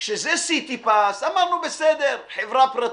כשזה סיטי פס, אמרנו בסדר, חברה פרטית.